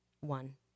one